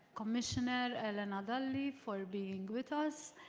commissioner helena dalli for being with us,